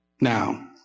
Now